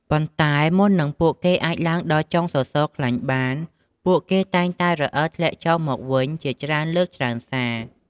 ប៉ុន្តែមុននឹងពួកគេអាចឡើងដល់ចុងសសរខ្លាញ់បាន ពួកគេតែងតែរអិលធ្លាក់ចុះមកវិញជាច្រើនលើកច្រើនសារ។